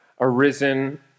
arisen